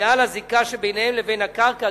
ועל הזיקה שביניהם לבין הקרקע.